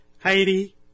Heidi